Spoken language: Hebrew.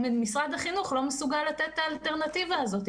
משרד החינוך לא מסוגל לתת את האלטרנטיבה הזו?